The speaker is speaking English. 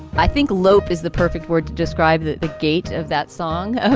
i think lope is the perfect word to describe that the gate of that song. ah